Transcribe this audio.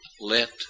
let